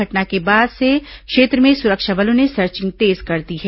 घटना के बाद से क्षेत्र में सुरक्षा बलों ने सर्विंग तेज कर दी है